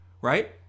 right